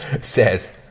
says